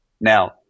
Now